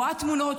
רואה תמונות,